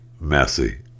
messy